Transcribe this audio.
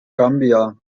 gambia